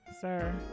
Sir